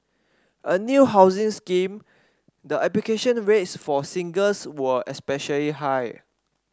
a new housing scheme the application rates for singles were especially high